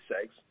sex